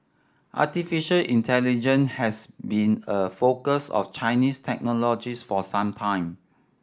artificial intelligence has been a focus of Chinese technologists for some time